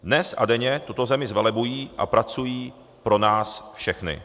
Dnes a denně tuto zemi zvelebují a pracují pro nás všechny.